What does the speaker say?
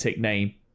name